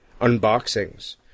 Unboxings